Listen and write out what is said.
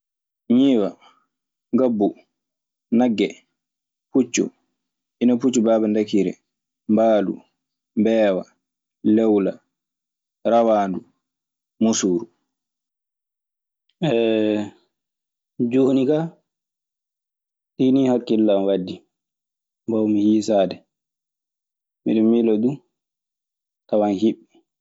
Ñiiwa, ngabbu, nagge, puccu, ina puccu baaba ndakiire, mbaalu, mbeewa, lewla, rawaandu, muusuuru. Jooni kaa, ɗii ni hakkillan waddi, mbawmi hiisaade. Miɗe miila du tawan hiɓɓi.